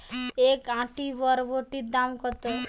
এক আঁটি বরবটির দাম কত?